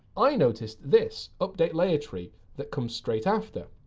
i noticed this update layer tree, that comes straight after.